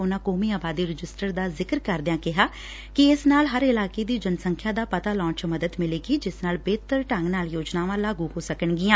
ਉਨਾਂ ਕੌਮੀ ਆਬਾੱਦੀ ਰਜਿਸਟਰ ਦਾ ਜ਼ਿਕਰ ਕਰਦਿਆਂ ਕਿਹਾ ਕਿ ਇਸ ਨਾਲ ਹਰ ਇਲਾਕੇ ਦੀ ਜਨ ਸੰਖਿਆ ਪਤਾਂ ਲਾਉਣ ਚ ਮਦਦ ਮਿਲੇਗੀ ਜਿਸ ਨਾਲ ਬਿਹਤਰ ਢੰਗ ਨਾਲ ਯੋਜਨਾਵਾਂ ਲਾਗੁ ਹੋ ਸਕਣਗੀਆਂ